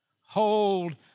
hold